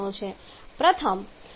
પ્રથમ કારણ અપૂરતી હવા પુરવઠો હોઈ શકે છે